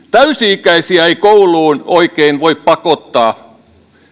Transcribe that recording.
täysi ikäisiä ei kouluun oikein voi pakottaa